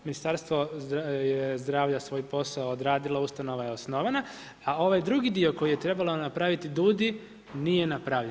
Ministarstvo zdravlja je svoj posao odradila, ustanova je osnovana, a ovaj drugi dio koji je trebao napraviti DUUDI nije napravljen.